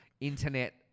internet